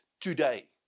today